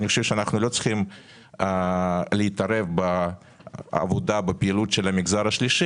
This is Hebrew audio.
אני חושב שאנחנו לא צריכים להתערב בפעילות של המגזר השלישי